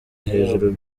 hejuru